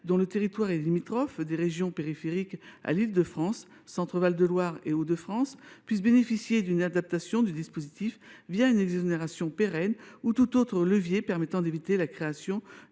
dont le territoire est limitrophe des régions périphériques de l’Île de France, comme le Centre Val de Loire ou les Hauts de France, puissent bénéficier d’une adaptation du dispositif une exonération pérenne ou tout autre levier permettant d’éviter la création